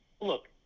Look